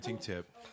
tip